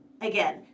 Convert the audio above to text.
Again